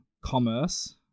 commerce